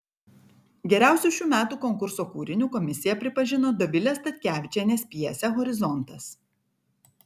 geriausiu šių metų konkurso kūriniu komisija pripažino dovilės statkevičienės pjesę horizontas